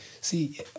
See